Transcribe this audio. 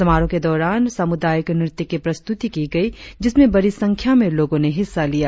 समारोह के दौरान सामुदायिक नृत्य की प्रस्तुति की गई जिसमें बड़ी संख्या में लोगों ने हिस्सा लिया